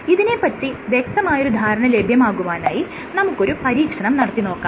ഇതിനെ പറ്റി വ്യക്തമായ ഒരു ധാരണ ലഭ്യമാകുവാനായി നമുക്കൊരു പരീക്ഷണം നടത്തി നോക്കാം